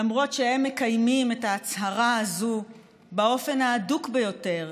למרות שהם מקיימים את ההצהרה הזו באופן האדוק ביותר,